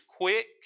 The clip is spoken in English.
quick